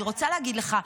אני רוצה להגיד לך,